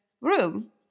room